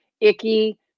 icky